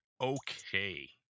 Okay